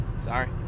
sorry